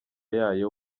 yayo